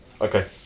Okay